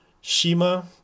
shima